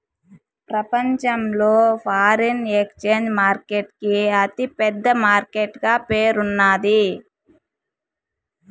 ప్రపంచంలో foreign exchange market కి అతి పెద్ద మార్కెట్ గా పేరున్నాది